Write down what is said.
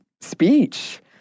speech